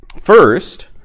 First